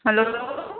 hello